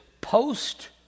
post